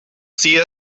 see